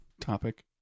Topic